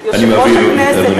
אדוני יושב-ראש הכנסת,